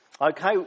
Okay